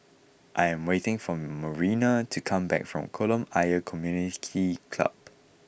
I am waiting for Marina to come back from Kolam Ayer Community Club